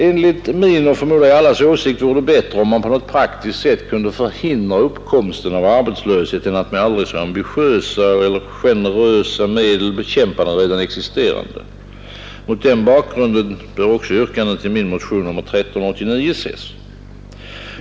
Enligt min och, förmodar jag, alla andras åsikt vore det bättre om man på något praktiskt sätt kunde förhindra uppkomsten av arbetslöshet än att med aldrig så ambitiösa eller generösa medel bekämpa redan existerande arbetslöshet. Mot den bakgrunden bör också yrkandet i min motion nr 1389 ses.